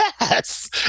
Yes